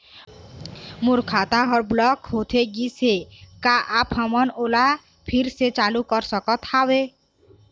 मोर खाता हर ब्लॉक होथे गिस हे, का आप हमन ओला फिर से चालू कर सकत हावे?